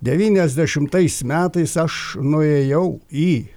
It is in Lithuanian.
devyniasdešimtais metais aš nuėjau į